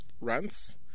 rents